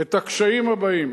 את הקשיים הבאים,